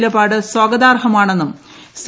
നിലപാട് സ്വാഗതാർഹമാണെന്നും സി